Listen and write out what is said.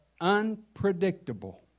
unpredictable